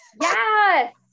yes